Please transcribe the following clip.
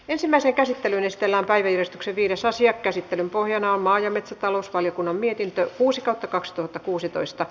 ensimmäiseen käsittelyyn esitellään päiväjärjestyksen viides asian käsittelyn pohjanamaa ja metsätalousvaliokunnan mietintö kuusikymmentäkaksituhattakuusitoista